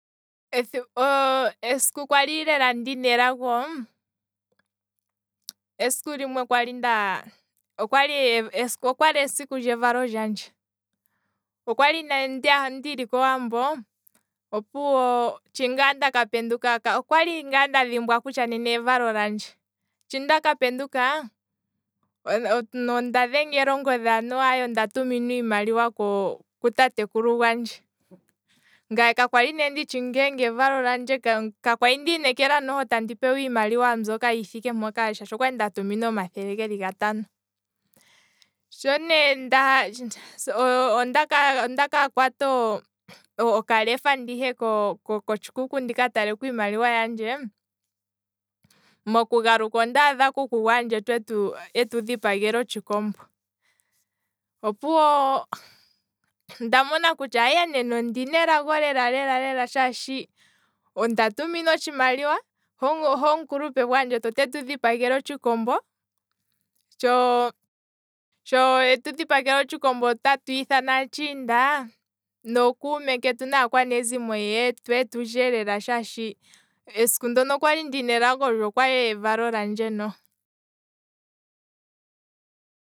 esiku kwali lela ndina elago, esiku limwe kwali ndaa, okwali esiku lyevalolyandje, okwali ne ndili kowambo, opuwo shi ngaa ndaka penduka, okwali ngaa nda dhimbwa kutya nena evalo lyandje, shi ndaka penduka. onda dhengelwa ongodhi anuwa onda tuminwa iimaliwa ku tatekulu gwandje, ngaye ka kwali ne nditshi nge evalo lyandje, ka kwali ndiinekela tandi pewa iimaliwa mbyoka yi thike mpoka shaashi okwali nda tuminwa omathele geli gatano, sho ne nda, onda kakwata okalefa ndihe ko- kotshikuku ndika taleko iimaliwa yandje, moku galuka, ondaadha kuku gwaandjetu etu dhipagela otshikombo, opuwo. nda mona kutya nena ondina elago lela lela, shaashi onda tuminwa otshimaliwa, he omukulupe gwaandjetu otetu dhipagele otshikombo, sho- sho etu dhipagele otshikombo se otatu ithana aatshinda, nookuumeketu, naakwanezimo yeye twee tulye lela shaashi, esiku ndono okwali ndina elago lyo okwali evalo lyandje noho.